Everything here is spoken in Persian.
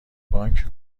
بانک